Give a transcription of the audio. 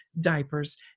diapers